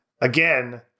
again